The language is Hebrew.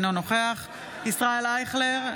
אינו נוכח ישראל אייכלר,